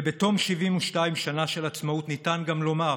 ובתום 72 שנה של עצמאות ניתן גם לומר